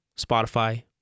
Spotify